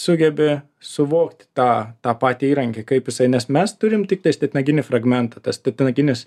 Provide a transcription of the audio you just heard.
sugebi suvokti tą tą patį įrankį kaip jisai nes mes turim tiktais titnaginį fragmentą tas titnaginis